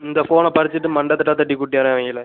இந்தா ஃபோனை பறிச்சுட்டு மண்டைத் தட்டா தட்டி கூட்டிவர்றேன் அவங்கள